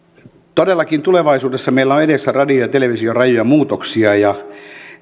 todellakin tulevaisuudessa meillä on edessä radion ja television rajuja muutoksia ja